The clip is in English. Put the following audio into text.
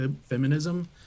feminism